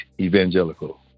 evangelical